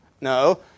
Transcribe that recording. No